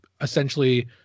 essentially